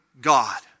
God